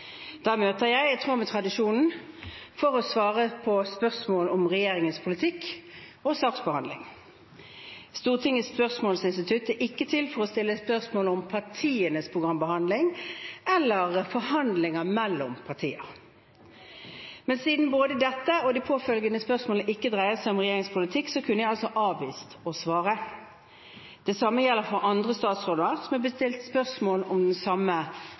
Da møter jeg, i tråd med tradisjonen, for å svare på spørsmål om regjeringens politikk og saksbehandling. Stortingets spørsmålsinstitutt er ikke til for å stille spørsmål om partienes programbehandling eller forhandlinger mellom partiene. Siden både dette og de påfølgende spørsmålene ikke dreier seg om regjeringens politikk, kunne jeg altså avvist å svare. Det samme gjelder for andre statsråder som er blitt stilt spørsmål om den samme